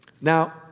Now